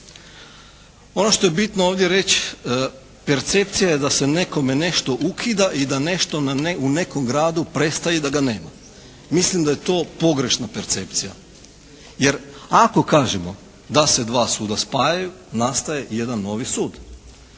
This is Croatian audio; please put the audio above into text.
Ono što je bitno ovdje reći, percepcija je da se nekome nešto ukida i da nešto u nekom gradu prestaje i da ga nema. Mislim da je to pogrešna percepcija. Jer ako kažemo da se dva suda spajaju nastaje jedan novi sud.